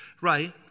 right